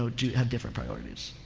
so do, have different priorities.